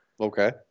Okay